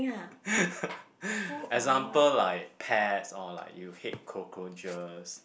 example like pets or like you hate cockroaches